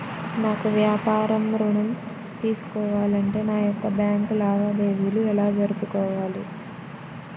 నాకు వ్యాపారం ఋణం తీసుకోవాలి అంటే నా యొక్క బ్యాంకు లావాదేవీలు ఎలా జరుపుకోవాలి?